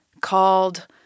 called